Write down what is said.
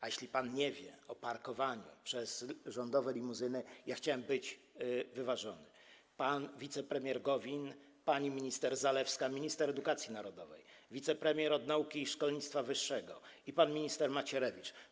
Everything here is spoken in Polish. A jeśli pan nie wie o parkowaniu rządowych limuzyn - ja chciałem być wyważony - pan wicepremier Gowin, pani minister Zalewska, minister edukacji narodowej, wicepremier nauki i szkolnictwa wyższego i pan minister Macierewicz.